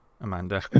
Amanda